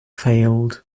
failed